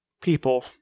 people